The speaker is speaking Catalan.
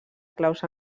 claus